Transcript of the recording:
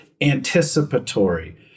anticipatory